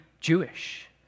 Jewish